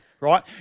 right